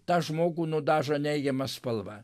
tą žmogų nudažo neigiama spalva